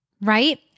right